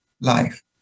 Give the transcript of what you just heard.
life